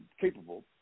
capable